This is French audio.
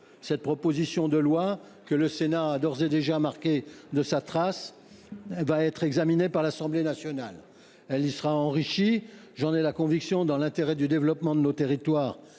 Cette proposition de loi, que le Sénat a d’ores et déjà marquée de sa trace, sera examinée par l’Assemblée nationale. Elle y sera enrichie, j’en ai la conviction, dans l’intérêt du développement de nos territoires